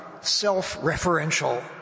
self-referential